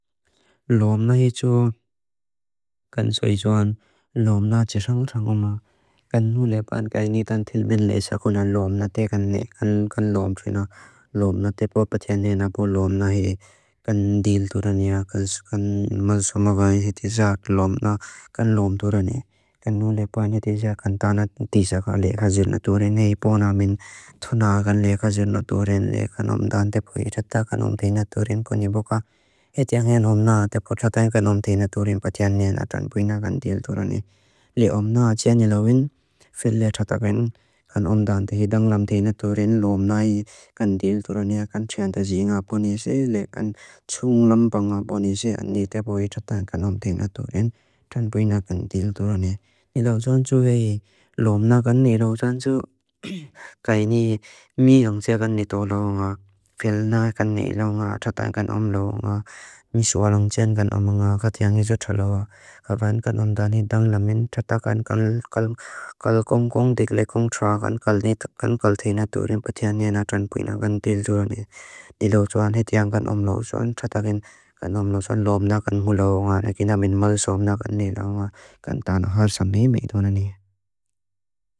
Loam na hitu kan saizoan loam na tisangu sangu maa, kan nu le paan kainitan tilbin lesa kuna loam na te kan loam prae na, loam na te pau pachane na pau loam na hiri, kan dil turaniya, kan masamagani hiti saak loam na, kan loam turaniya, kan nu le paan hiti saak kan tana tisa ka lekha zil na turaniya, ipo na min thuna kan lekha zil na turaniya, kan omdante phui ratta kan omphi na turaniya, ipo ni boka hiti saak loam na, te pau ratta kan omphi na turaniya, pa chaniya na tan phui na kan dil turaniya, le loam na tisangu loam na, phui ratta kan omphi na, kan omdante hidangu lam thaniya turaniya, loam na kan dil turaniya, kan tisa nda zil na paunise, le kan thung lam paung na paunise, ani te pau hita ratta kan omphi na turaniya, tan phui na kan dil turaniya. Ni loam tsuan tsu vehi, loam na kan ni loam tsuan tsu kaini mi longsya kan nito loa, phel na kan ni loa, ratta kan om loa, miswa longsyan kan omonga, katiyangi tsu thaloa, kapan kan omdante hidangu lam min, ratta kan kal kong kong tikle kong traa, kan kal thina turaniya, katiyangi na tan phui na kan dil turaniya, ni loam tsuan hiti saak kan om loam, ratta kan om loam, loam na kan mu loa, min malso om na kan ni loa, kan tano har same me turaniya.